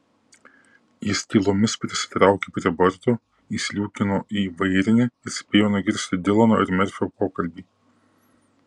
jis tylomis prisitraukė prie borto įsliūkino į vairinę ir spėjo nugirsti dilano ir merfio pokalbį